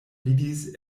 vidis